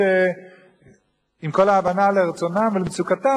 אין להם מחליפים,